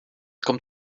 kommt